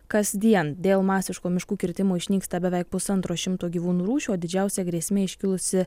kasdien dėl masiško miškų kirtimo išnyksta beveik pusantro šimto gyvūnų rūšių o didžiausia grėsmė iškilusi